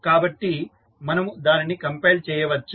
కాబట్టి మనము దానిని కంపైల్ చేయవచ్చు